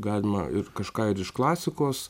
galima ir kažką ir iš klasikos